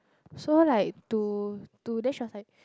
so like to to them she was like